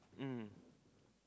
mm